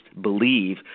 believe